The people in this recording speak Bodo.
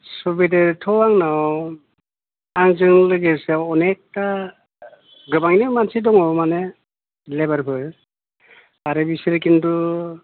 सुबिदायाथ' आंनाव आंजों लोगोसेयाव अनखथा गोबाङैनो मानसि दङ माने लेबारफोर आरो बिसोरो खिन्थु